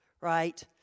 Right